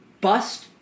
bust